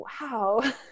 wow